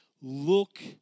look